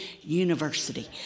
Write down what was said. University